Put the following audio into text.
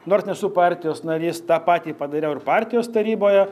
nors nesu partijos narys tą patį padariau ir partijos taryboje